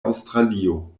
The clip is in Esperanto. aŭstralio